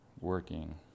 working